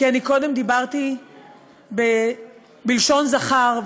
כי אני קודם דיברתי בלשון זכר,